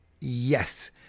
Yes